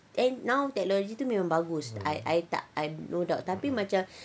and now technology tu memang bagus I I tak I tak no doubt